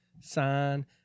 Sign